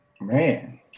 man